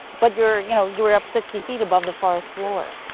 but you're you know, you're up sixty feet above the forest floor.